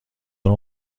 اون